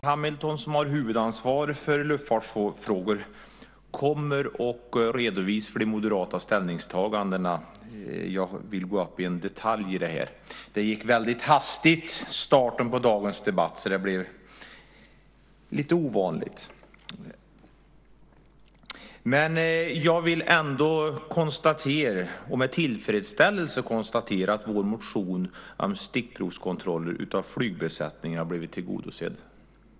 Herr talman! Björn Hamilton, som har huvudansvaret för luftfartsfrågor, kommer att redovisa de moderata ställningstagandena. Jag vill gå upp i en detalj. Starten på dagens debatt gick väldigt hastigt, så det blev lite ovanligt. Jag vill med tillfredsställelse konstatera att vår motion om stickprovskontroller av flygbesättningar har blivit tillgodosedd.